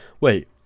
Wait